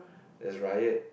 there's riot